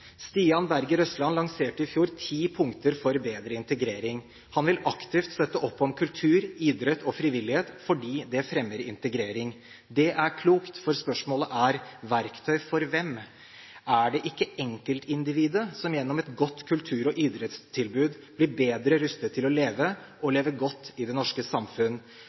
Stian Berger Røsland lanserte i fjor ti punkter for bedre integrering. Han vil aktivt støtte opp om kultur, idrett og frivillighet fordi det fremmer integrering. Det er klokt, for spørsmålet er: Verktøy for hvem? Er det ikke enkeltindividet som gjennom et godt kultur- og idrettstilbud blir bedre rustet til å leve og leve godt i det norske samfunn?